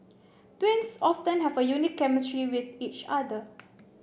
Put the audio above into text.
twins often have a unique chemistry with each other